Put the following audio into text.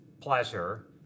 pleasure